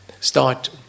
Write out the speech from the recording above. start